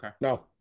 No